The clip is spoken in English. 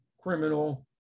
criminal